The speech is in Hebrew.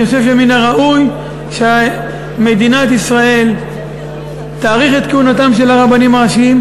אני חושב שמן הראוי שמדינת ישראל תאריך את כהונתם של הרבנים הראשיים,